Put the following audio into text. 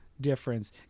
difference